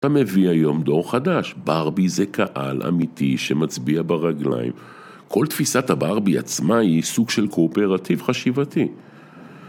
אתה מביא היום דור חדש, ברבי זה קהל אמיתי שמצביע ברגליים, כל תפיסת הברבי עצמה היא סוג של קואופרטיב חשיבתי